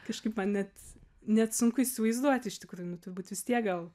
kažkaip man net net sunku įsivaizduoti iš tikrųjų nu turbūt vis tiek gal